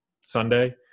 Sunday